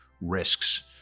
risks